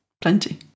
plenty